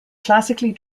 classically